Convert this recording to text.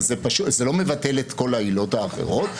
זה לא מבטל את כל העילות האחרות.